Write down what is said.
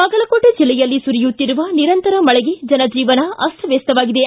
ಬಾಗಲಕೋಟೆ ಜಿಲ್ಲೆಯಲ್ಲಿ ಸುರಿಯುತ್ತಿರುವ ನಿರಂತರ ಮಳೆಗೆ ಜನಜೀವನ ಅಸ್ತವ್ಯಸ್ತವಾಗಿದೆ